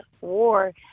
war